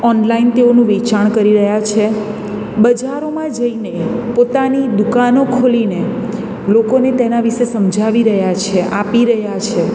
online તેઓનું વેચાણ કરી રહ્યા છે બજારોમાં જઈને પોતાની દુકાનો ખોલીને લોકોને તેના વિષે સમજાવી રહ્યા છે આપી રહ્યા છે